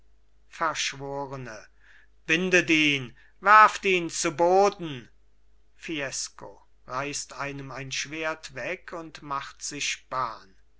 verschworene bindet ihn werft ihn zu boden fiesco reißt einem ein schwert weg und macht sich